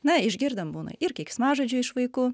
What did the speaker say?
na išgirdom būna ir keiksmažodžių iš vaikų